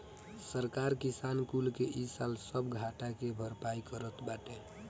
सरकार किसान कुल के इ साल सब घाटा के भरपाई करत बाटे